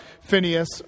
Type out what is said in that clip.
Phineas